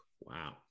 wow